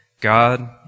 God